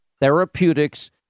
therapeutics